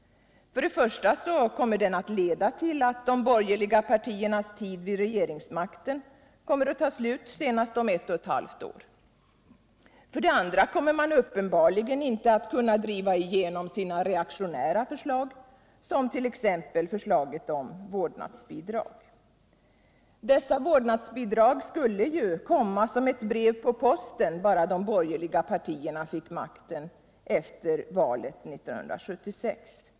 För det första kommer den att ieda till att de borgerliga partiernas tid vid regeringsmakten kommer att ta slut senast om ett och ett halvt år. För det andra kommer man uppenbarligen inte att kunna driva igenom sina reaktionära förslag, som t.ex. förslaget om vårdnadsbidrag. Dessa vårdnadsbidrag skulle ju komma som ett brev på posten, bara de borgerliga partierna fick makten efter valet 1976.